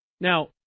Now